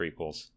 prequels